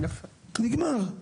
נגמר.